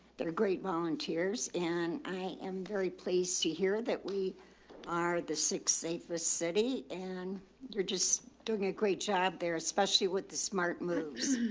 there are great volunteers and i am very to hear that we are the six safe ah city and you're just doing a great job there, especially with the smart moves